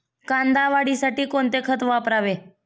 कांदा वाढीसाठी कोणते खत वापरावे?